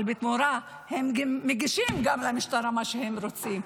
אבל בתמורה הם מגישים גם למשטרה מה שהם רוצים.